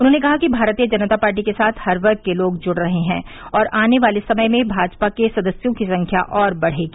उन्होंने कहा कि भारतीय जनता पार्टी के साथ हर वर्ग के लोग जुड़ रहे हैं और आने वाले समय में भाजपा के सदस्यों की संख्या और बढ़ेगी